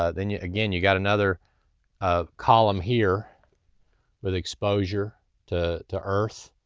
ah then yeah again, you got another ah column here with exposure to to earth,